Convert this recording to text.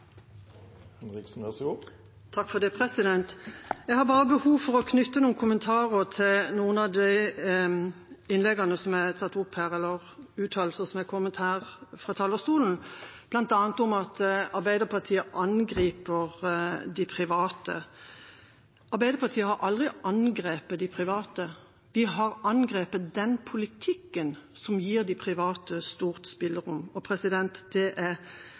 Jeg har behov for å knytte noen kommentarer til noen av de uttalelsene som har kommet her fra talerstolen, bl.a. om at Arbeiderpartiet angriper de private. Arbeiderpartiet har aldri angrepet de private. Vi har angrepet den politikken som gir de private stort spillerom, og